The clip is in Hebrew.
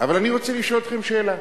אבל אני רוצה לשאול אתכם שאלה,